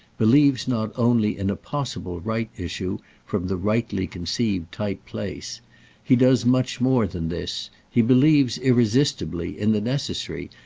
believes not only in a possible right issue from the rightly-conceived tight place he does much more than this he believes, irresistibly, in the necessary,